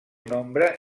nombre